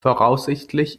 voraussichtlich